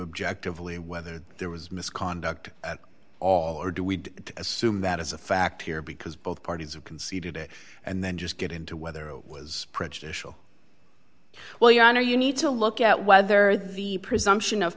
objective really whether there was misconduct at all or do we assume that as a fact here because both parties have conceded it and then just get into whether it was prejudicial well your honor you need to look at whether the presumption of